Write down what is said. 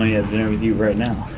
have dinner with you right now.